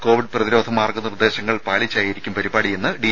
Covid പ്രതിരോധ മാർഗ്ഗ നിർദ്ദേശങ്ങൾ പാലിച്ചായിരിക്കും പരിപാടിയെന്ന് ഡി